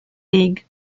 league